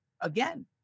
again